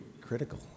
critical